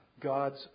God's